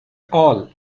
all